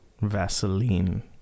Vaseline